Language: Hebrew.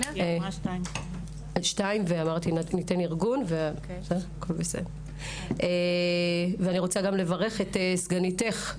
ואני רוצה לברך את סגניתך,